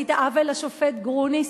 עשית עוול לשופט גרוניס.